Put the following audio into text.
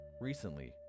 Recently